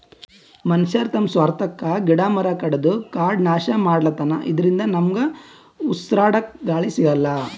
ಮನಶ್ಯಾರ್ ತಮ್ಮ್ ಸ್ವಾರ್ಥಕ್ಕಾ ಗಿಡ ಮರ ಕಡದು ಕಾಡ್ ನಾಶ್ ಮಾಡ್ಲತನ್ ಇದರಿಂದ ನಮ್ಗ್ ಉಸ್ರಾಡಕ್ಕ್ ಗಾಳಿ ಸಿಗಲ್ಲ್